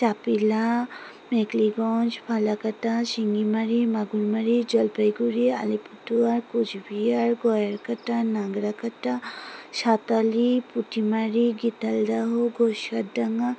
Chapila Mekhliganj Falakata Singimari Magurmari Jalpaiguri Alipurduar Coochbehar Gayerkata Nagrakata Satali Putimari Gitaldaha Gosaidanga